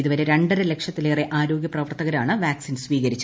ഇതുവരെ രണ്ടര ലക്ഷിത്തിലേറെ ആരോഗ്യപ്രവർത്തകരാണ് വാക്സിൻ സ്വീകരിച്ചത്